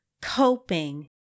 coping